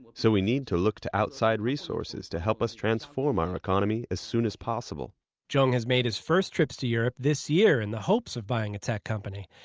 so, we need to look to outside resources to help us transform our economy as soon as possible zhong has made his first trips to europe this year in the hopes of buying a tech company.